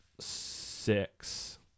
six